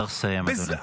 צריך לסיים, תודה.